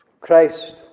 Christ